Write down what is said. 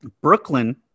Brooklyn